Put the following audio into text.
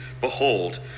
behold